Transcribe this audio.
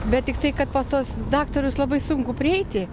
bet tiktai kad pas tuos daktarus labai sunku prieiti